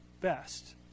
best